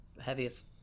heaviest